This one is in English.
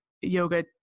yoga